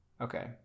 Okay